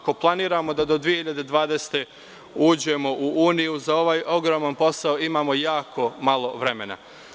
Ako planiramo da do 2020. godine uđemo u Uniju, za ovaj ogroman posao imamo jako malo vremena.